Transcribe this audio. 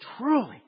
truly